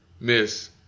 Miss